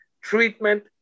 treatment